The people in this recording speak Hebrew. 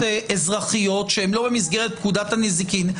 אזרחיות שאינם במסגרת פקודת הנזיקין.